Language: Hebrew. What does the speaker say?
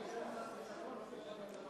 אבל אני עונה בשם שר הביטחון, לא בשם שר אחר.